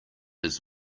his